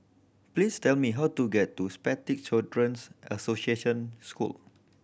please tell me how to get to Spastic Children's Association School